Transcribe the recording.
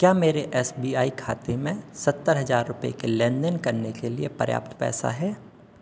क्या मेरे S B I खाते में सत्तर रुपये का लेन देन करने के लिए पर्याप्त पैसा है